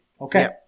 Okay